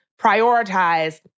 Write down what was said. prioritize